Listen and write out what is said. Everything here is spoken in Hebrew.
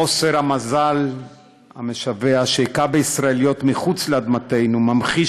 חוסר המזל המשווע שהכה בישראליות מחוץ לאדמתנו ממחיש